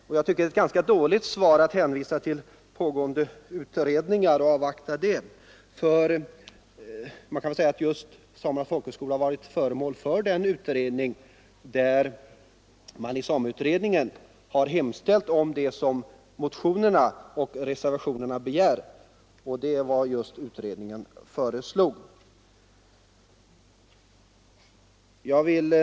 Jag tycker det är ett ganska dåligt svar att hänvisa till att utredningar pågår och att man skall avvakta dem. De frågor som rör Samernas folkhögskola har ju behandlats av sameutredningen, och vad vi hemställt om i motionerna och reservationerna är just vad utredningen föreslog.